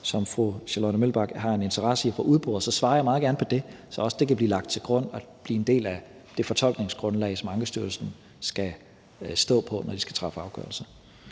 som fru Charlotte Broman Mølbæk har en interesse i at få udboret, så svarer jeg meget gerne på det, så det også kan blive lagt til grund og blive en del af det fortolkningsgrundlag, som Ankestyrelsen skal stå på, når de skal træffe afgørelser.